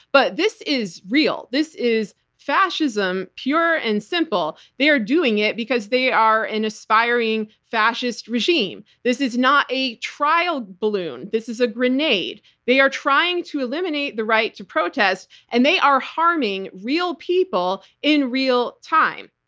but this is real. this is fascism, pure and simple. they are doing it because they are an aspiring fascist regime. this is not a trial balloon. this is a grenade. they are trying to eliminate the right to protest and they are harming real people in real time.